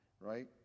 Right